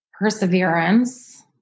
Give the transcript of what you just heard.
Perseverance